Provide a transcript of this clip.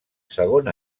segon